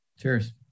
cheers